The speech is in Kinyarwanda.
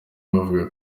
bavuga